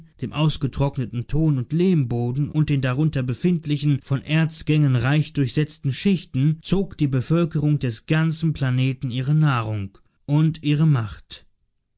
dem ausgetrockneten ton und lehmboden und den darunter befindlichen von erzgängen reich durchsetzten schichten zog die bevölkerung des ganzen planeten ihre nahrung und ihre macht